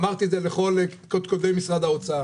אמרתי את זה לכל קודקודי משרד האוצר: